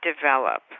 develop